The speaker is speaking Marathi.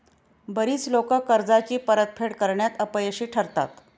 बरीच लोकं कर्जाची परतफेड करण्यात अपयशी ठरतात